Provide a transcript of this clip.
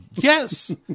Yes